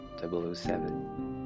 007